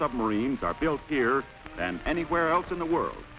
submarines are built here than anywhere else in the world